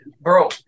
Bro